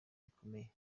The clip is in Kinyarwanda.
bikomeye